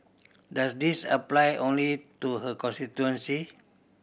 does this apply only to her constituency